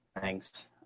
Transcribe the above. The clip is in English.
Thanks